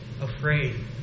afraid